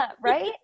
right